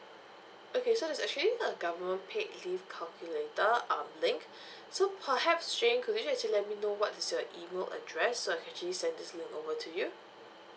okay so there's actually a government paid leave calculator um link so perhaps could you actually let me know what is your email address so I can actually send this link over to you